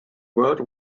world